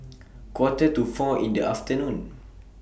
Quarter to four in The afternoon